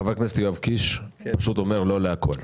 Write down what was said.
כי חבר הכנסת יואב קיש אומר לא על הכול.